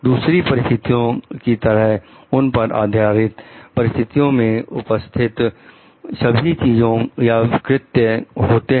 दूसरी परिस्थितियों की तरह उन पर आधारित परिस्थितियों में उपस्थित सभी चीजें या कृत्य होते हैं